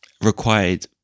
required